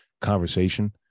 conversation